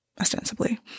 ostensibly